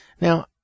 Now